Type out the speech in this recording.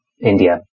India